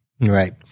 Right